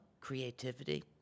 creativity